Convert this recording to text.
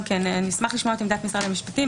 נשמח לשמוע את עמדת משרד המשפטים.